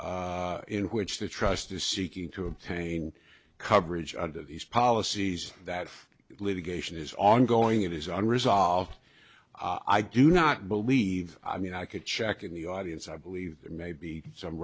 trust in which the trust is seeking to obtain coverage under these policies that litigation is ongoing it is unresolved i do not believe i mean i could check in the audience i believe there may be some